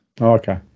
Okay